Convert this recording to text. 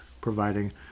providing